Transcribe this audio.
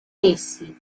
essi